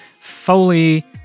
Foley